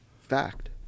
fact